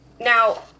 Now